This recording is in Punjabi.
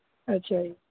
ਅੱਛਾ ਜੀ